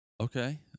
Okay